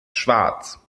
schwarz